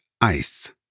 ICE